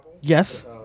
Yes